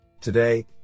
Today